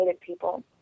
people